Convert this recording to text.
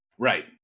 Right